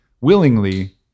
willingly